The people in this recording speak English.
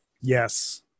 Yes